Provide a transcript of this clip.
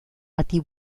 bati